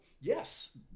yes